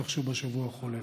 שהתרחשו בשבוע החולף: